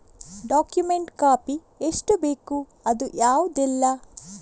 Document copy ಎಷ್ಟು ಬೇಕು ಅದು ಯಾವುದೆಲ್ಲ?